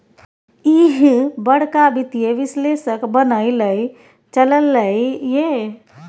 ईह बड़का वित्तीय विश्लेषक बनय लए चललै ये